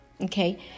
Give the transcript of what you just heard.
Okay